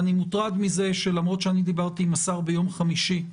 אני מוטרד מזה שלמרות שאני דיברתי עם השר ביום חמישי,